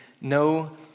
no